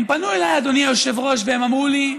הם פנו אליי, אדוני היושב-ראש, והם אמרו לי: